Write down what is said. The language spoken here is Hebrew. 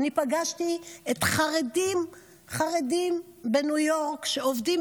אני פגשתי חרדים בניו יורק שעובדים